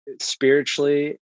spiritually